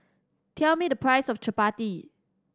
tell me the price of Chapati